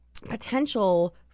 potential